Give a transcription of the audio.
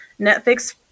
Netflix